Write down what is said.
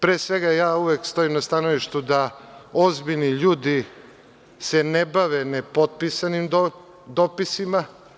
Pre svega, ja uvek stojim na stanovištu da ozbiljni ljudi se ne bave nepotpisanim dopisima.